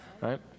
right